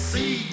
See